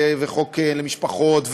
וחוק למשפחות,